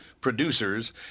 producers